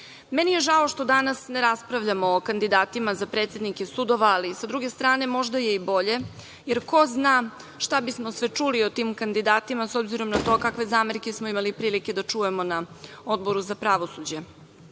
je žao što danas ne raspravljamo o kandidatima za predsednike sudova, ali sa druge strane, možda je i bolje, jer ko zna šta bismo sve čuli o tim kandidatima, s obzirom na to kakve zamerke smo imali prilike da čujemo na Odboru za pravosuđe. Jasno